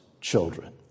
children